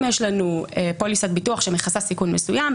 אם יש לנו פוליסת ביטוח שמכסה סיכון מסוים,